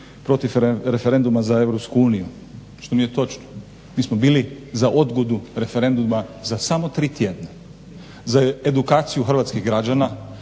protiv referenduma za EU što nije točno. Mi smo bili za odgodu referenduma za samo 3 tjedna, za edukaciju hrvatskih građana.